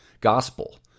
gospel